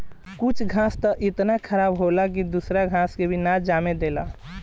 कुछ घास त इतना खराब होला की दूसरा घास के भी ना जामे देला